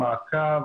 המעקב